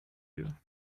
you